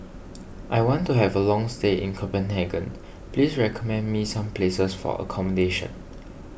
I want to have a long stay in Copenhagen please recommend me some places for accommodation